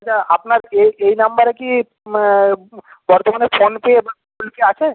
আচ্ছা আপনার এই এই নাম্বারে কি বর্তমানে ফোনপে বা গুগল পে আছে